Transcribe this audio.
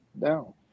down